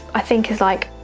i think, is like,